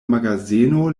magazeno